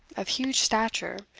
of huge stature,